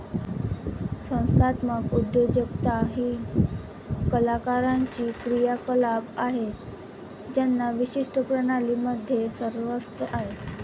संस्थात्मक उद्योजकता ही कलाकारांची क्रियाकलाप आहे ज्यांना विशिष्ट प्रणाली मध्ये स्वारस्य आहे